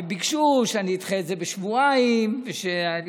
וביקשו שאני אדחה את זה בשבועיים ושאני